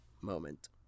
moment